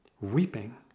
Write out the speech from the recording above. weeping